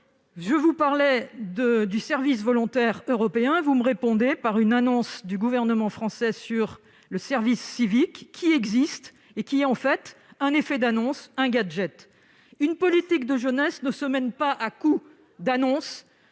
Je vous parlais du service volontaire européen ; vous me répondez en vous référant à une annonce du gouvernement français sur le service civique, qui existe déjà. Il s'agit là donc d'un effet d'annonce, d'un gadget. Une politique de la jeunesse ne se mène pas à coups d'annonces